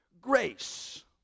Grace